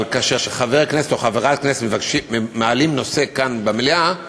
אבל כאשר חבר כנסת או חברת כנסת מעלים נושא כאן במליאה,